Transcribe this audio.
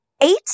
eight